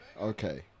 Okay